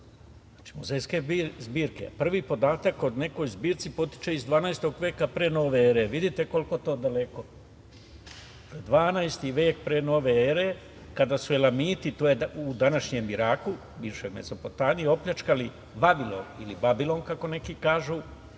muzejske zbirke. Prvi podatak o nekoj zbirci potiče iz 12. veka pre nove ere. Vidite koliko je to daleko, 12. vek pre nove ere kada su Elamiti, u današnjem Iraku, bivšoj Mesopotamiji opljačkali Vavilon ili Babilon kako neki kažu,